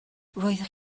roeddech